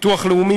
ביטוח לאומי,